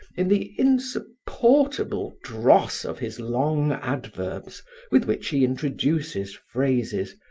in the insupportable dross of his long adverbs with which he introduces phrases,